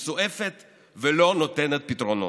מסועפת ולא נותנת פתרונות.